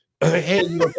Hey